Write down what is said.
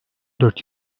dört